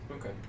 Okay